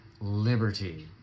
liberty